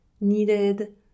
needed